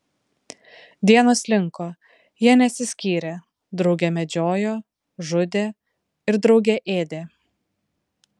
dienos slinko jie nesiskyrė drauge medžiojo žudė ir drauge ėdė